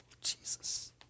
Jesus